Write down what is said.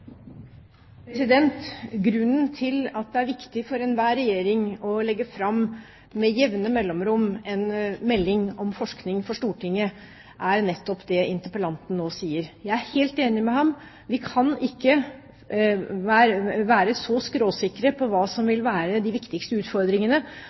Grunnen til at det er viktig for enhver regjering med jevne mellomrom å legge fram en melding om forskning for Stortinget, er nettopp det interpellanten nå sier. Jeg er helt enig med ham. Vi kan ikke være så skråsikre på hva som